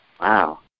Wow